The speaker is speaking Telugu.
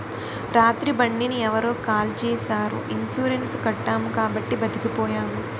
రాత్రి బండిని ఎవరో కాల్చీసారు ఇన్సూరెన్సు కట్టాము కాబట్టి బతికిపోయాము